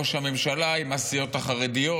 ראש הממשלה עם הסיעות החרדיות.